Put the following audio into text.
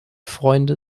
freunde